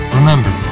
Remember